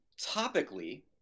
Topically